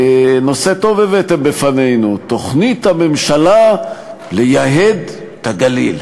נושא טוב הבאתם בפנינו: תוכנית הממשלה לייהד את הגליל.